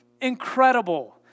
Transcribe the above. incredible